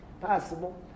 Possible